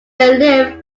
live